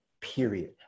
period